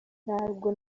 ntabwo